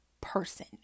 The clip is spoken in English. person